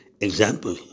example